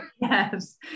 Yes